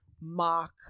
mock